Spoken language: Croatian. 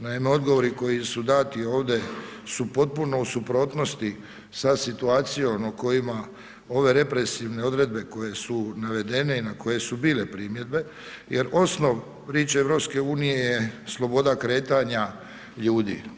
Naime, odgovori koji su dati ovdje su potpuno u suprotnosti sa situacijom u kojima ove represivne odredbe, koje su navedene i na koje su bile primjedbe, jer osnov priče EU je sloboda kretanja ljudi.